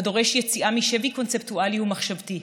הדורש יציאה משבי קונספטואלי ומחשבתי,